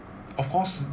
of course